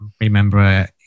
remember